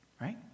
right